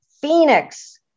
phoenix